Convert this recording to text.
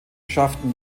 schafften